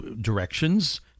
directions